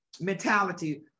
mentality